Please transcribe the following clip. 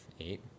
eight